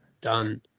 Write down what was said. Done